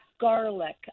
garlic